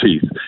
teeth